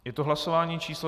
Je to hlasování číslo 238.